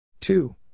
Two